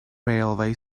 railway